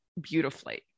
beautifully